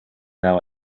now